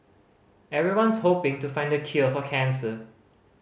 everyone's hoping to find the cure for cancer